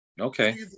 Okay